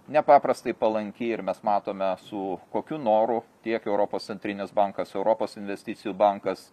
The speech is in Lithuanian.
nepaprastai palanki ir mes matome su kokiu noru tiek europos centrinis bankas europos investicijų bankas